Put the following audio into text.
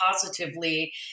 positively